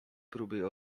próby